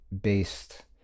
based